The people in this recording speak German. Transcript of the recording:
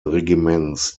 regiments